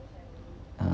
uh